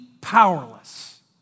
powerless